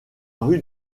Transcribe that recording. rue